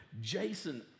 Jason